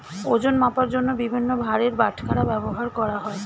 ওজন মাপার জন্য বিভিন্ন ভারের বাটখারা ব্যবহার করা হয়